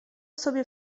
sobie